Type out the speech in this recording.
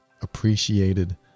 appreciated